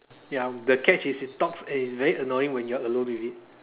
ya the catch is it talks and it's very annoying when you're alone with it